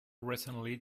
recently